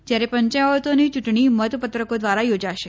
જ્યારે પંચાયતોની ચૂંટણી મતપત્રકો દ્વારા યોજાશે